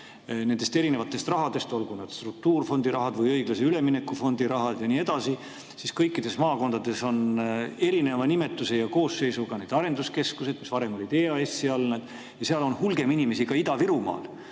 nendest erinevatest rahadest – olgu need struktuurfondi rahad või õiglase ülemineku fondi rahad ja nii edasi –, siis on [nendega tegelemiseks] kõikides maakondades erineva nimetuse ja koosseisuga arenduskeskused, mis varem olid EAS-i all, ja seal on hulgi inimesi ka Ida-Virumaal.